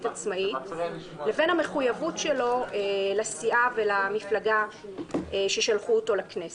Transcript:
עצמאית" לבין המחויבות שלו לסיעה ולמפלגה ששלחו אותו לכנסת.